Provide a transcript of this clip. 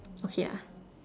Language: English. okay ah